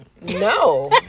No